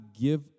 give